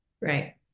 Right